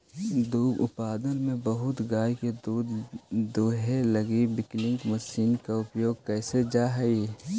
दुग्ध उत्पादन में बहुत गाय के दूध दूहे लगी मिल्किंग मशीन के उपयोग कैल जा हई